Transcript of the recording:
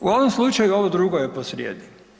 U ovom slučaju ovo drugo je po srijedi.